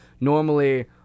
normally